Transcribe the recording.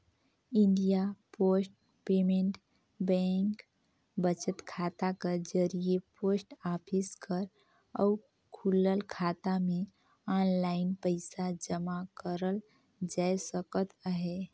India post payment bank बचत खाता कर जरिए पोस्ट ऑफिस कर अउ खुलल खाता में आनलाईन पइसा जमा करल जाए सकत अहे